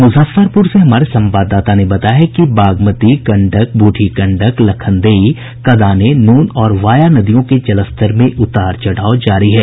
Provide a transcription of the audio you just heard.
मुजफ्फरपुर से हमारे संवाददाता ने बताया है कि बागमती गंडक बूढ़ी गंडक लखनदेई कदाने नून और वाया नदियों के जलस्तर में उतार चढ़ाव जारी है